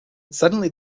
suddenly